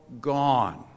gone